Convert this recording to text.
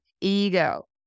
ego